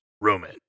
Roman